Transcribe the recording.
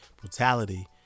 brutality